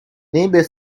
neighbour